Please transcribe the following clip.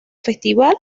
festival